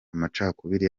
amacakubiri